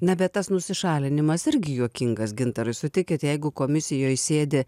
ne bet tas nusišalinimas irgi juokingas gintarai sutikit jeigu komisijoj sėdi